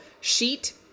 Sheet